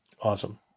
Awesome